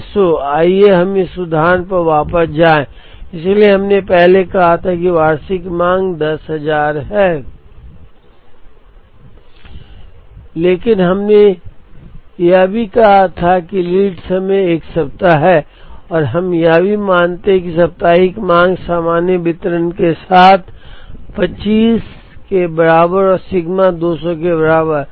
S O आइए हम उस उदाहरण पर वापस जाएं इसलिए हमने पहले कहा था कि वार्षिक मांग 10000 है लेकिन हमने यह भी कहा कि लीड समय 1 सप्ताह है और हम यह भी मानते हैं कि साप्ताहिक मांग सामान्य वितरण के साथ औसत 25 के बराबर और सिग्मा 200 के बराबर